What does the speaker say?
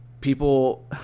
people